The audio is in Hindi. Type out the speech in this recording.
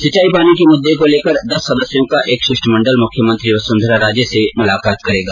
सिंचाई पानी के मुद्दे को लेकर दस सदस्यों का एक शिष्टमंडल मुख्यमंत्री वसुंधरा राजे से मुलाकात करेगा